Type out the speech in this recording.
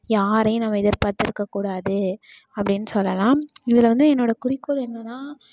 யாரையும் நம்ம எதிர்பார்த்து இருக்கக் கூடாது அப்படின்னு சொல்லலாம் இதில் வந்து என்னோடய குறிக்கோள் என்னென்னா